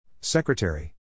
Secretary